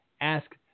Ask